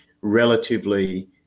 relatively